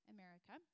America